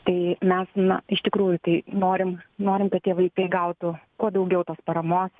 tai mes na iš tikrųjų tai norim norim kad tie vaikai gautų kuo daugiau tos paramos